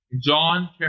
John